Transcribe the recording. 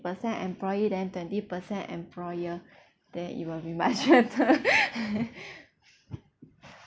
percent employee then twenty percent employer then it will be much better